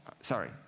sorry